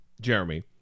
Jeremy